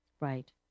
Right